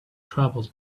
travel